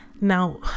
Now